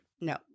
No